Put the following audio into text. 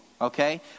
Okay